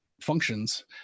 functions